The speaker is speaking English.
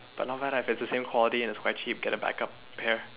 but not bad ah if it's the same quality and it's quite cheap get a backup here